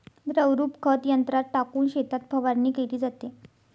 द्रवरूप खत यंत्रात टाकून शेतात फवारणी केली जाते